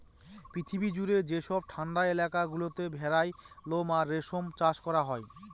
পৃথিবী জুড়ে যেসব ঠান্ডা এলাকা গুলোতে ভেড়ার লোম আর রেশম চাষ করা হয়